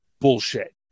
bullshit